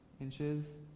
inches